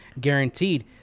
guaranteed